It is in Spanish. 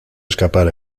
escapar